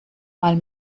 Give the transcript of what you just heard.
mal